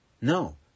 No